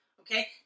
Okay